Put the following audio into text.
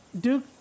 Duke